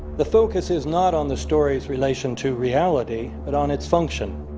the focus is not on the story's relation to reality but on its function.